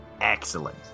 Excellent